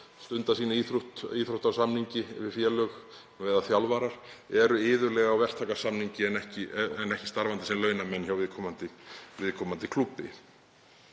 stunda sína íþrótt á íþróttasamningi við félög og þjálfarar eru iðulega á verktakasamningi en ekki starfandi sem launamenn hjá viðkomandi klúbbi.